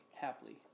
Happily